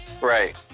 Right